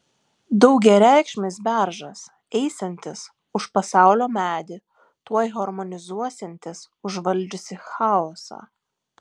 daugiareikšmis beržas eisiantis už pasaulio medį tuoj harmonizuosiantis užvaldžiusį chaosą